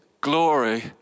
glory